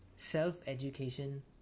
self-education